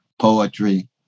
poetry